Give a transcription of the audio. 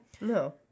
No